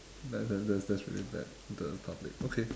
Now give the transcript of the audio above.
that that that that that's really bad the in public okay